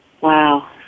Wow